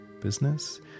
business